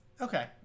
Okay